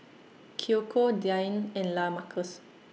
Kiyoko Diann and Lamarcus